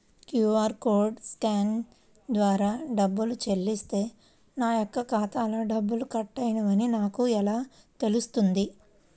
QR కోడ్ని scan ద్వారా డబ్బులు చెల్లిస్తే నా యొక్క ఖాతాలో డబ్బులు కట్ అయినవి అని నాకు ఎలా తెలుస్తుంది?